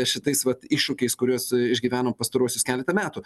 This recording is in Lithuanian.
šitais vat iššūkiais kuriuos išgyvenom pastaruosius keletą metų